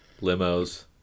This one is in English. limos